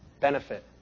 Benefit